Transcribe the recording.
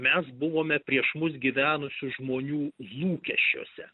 mes buvome prieš mus gyvenusių žmonių lūkesčiuose